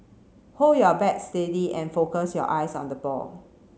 hold your bat steady and focus your eyes on the ball